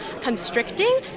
constricting